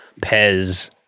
Pez